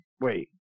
wait